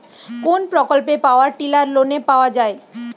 কোন প্রকল্পে power tiller লোনে পাওয়া য়ায়?